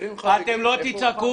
הוא אומר מקרים חריגים איפה הוא חי?